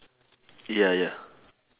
ya ya